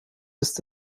ist